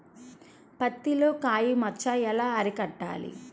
పత్తిలో కాయ మచ్చ ఎలా అరికట్టాలి?